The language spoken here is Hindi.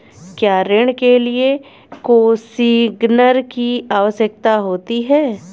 क्या ऋण के लिए कोसिग्नर की आवश्यकता होती है?